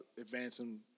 advancing